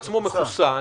מחוסן,